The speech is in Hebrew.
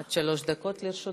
עד שלוש דקות לרשותך.